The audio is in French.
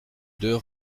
deux